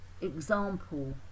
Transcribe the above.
example